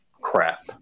crap